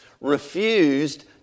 refused